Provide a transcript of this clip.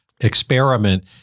experiment